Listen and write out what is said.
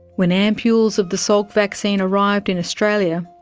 when ampoules of the salk vaccine arrived in australia,